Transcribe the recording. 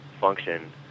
function